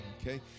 okay